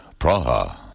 Praha